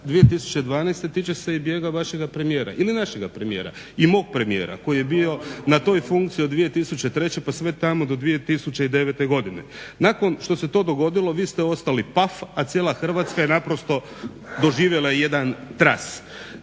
2012. tiče se i bijega vašeg premijera ili našega premijera, i mog premijera koji je bio na toj funkciji od 2003. pa sve tamo do 2009. godine. Nakon što se to dogodilo vi ste ostali paf, a cijela Hrvatska je naprosto doživjela jedan tras.